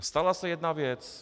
Stala se jedna věc.